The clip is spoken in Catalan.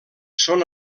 són